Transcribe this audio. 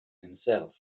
himself